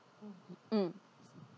mm